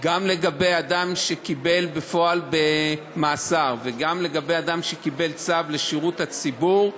גם לגבי אדם שקיבל מאסר בפועל וגם לגבי אדם שקיבל צו לשירות הציבור.